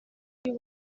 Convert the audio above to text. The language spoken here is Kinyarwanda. y’u